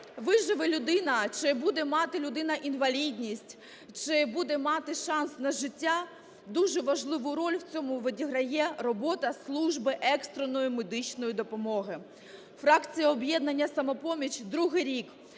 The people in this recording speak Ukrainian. виживе людина, чи буде мати людина інвалідність, чи буде мати шанс на життя, дуже важливу роль в цьому відіграє робота служби екстреної медичної допомоги. Фракція "Об'єднання "Самопоміч" другий рік